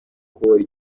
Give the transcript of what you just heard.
kubohora